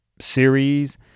series